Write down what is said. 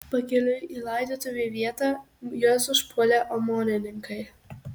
pakeliui į laidotuvių vietą juos užpuolė omonininkai